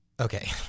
Okay